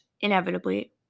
inevitably